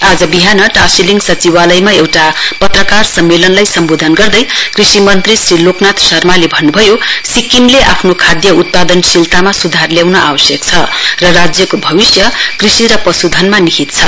आज विहान टाशीलिङ सचिवालयमा एउटा पत्रकार सम्मेलनलाई सम्वोधन गर्दै कृषि मन्त्री श्री लोकनाथ शर्माले भन्नुभयो सिक्किमले आफ्नो खाद्य उत्पादन शीलतामा सुधार ल्याउन आवश्यक र राज्यको भविष्ट कृषि र पशुधनमा निहित छ